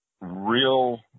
real